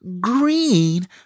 green